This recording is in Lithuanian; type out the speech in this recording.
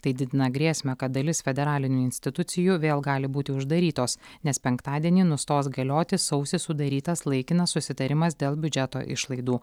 tai didina grėsmę kad dalis federalinių institucijų vėl gali būti uždarytos nes penktadienį nustos galioti sausį sudarytas laikinas susitarimas dėl biudžeto išlaidų